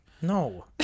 No